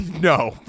No